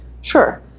Sure